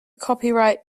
copyright